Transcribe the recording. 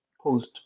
post